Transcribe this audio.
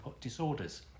disorders